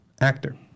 actor